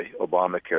Obamacare